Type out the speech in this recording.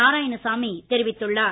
நாராயணசாமி தெரிவித்துள்ளார்